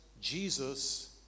Jesus